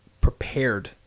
prepared